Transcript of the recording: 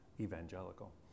evangelical